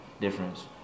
difference